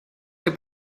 que